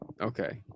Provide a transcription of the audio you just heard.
Okay